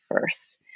first